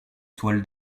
toile